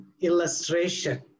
illustration